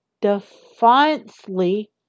defiantly